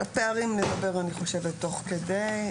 על הפערים נדבר תוך כדי,